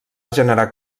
generar